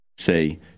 Say